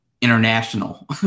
international